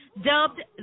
dubbed